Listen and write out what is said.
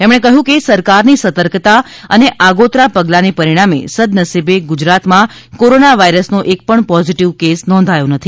તેમણે કહ્યું કે સરકારની સતર્કતા અને આગોતરા પગલાને પરિણામે સદનસીબે ગુજરાતમાં કોરોના વાયરસનો એક પણ પોજીટીવ કેસ નોંધાયો નથી